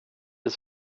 det